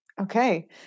Okay